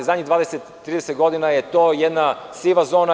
Zadnjih 20-30 godina je to jedna siva zona.